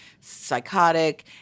psychotic